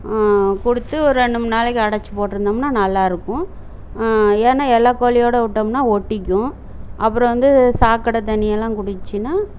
கொடுத்து ஒரு ரெண்டு மூணு நாளைக்கு அடைச்சி போட்டுருந்தம்னா நல்லாயிருக்கும் ஏன்னா எல்லா கோழியோடு விட்டோம்னா ஒட்டிக்கும் அப்புறம் வந்து சாக்கடைத் தண்ணியெல்லாம் குடிச்சிதுனா